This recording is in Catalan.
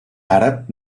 àrab